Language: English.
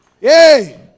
Yay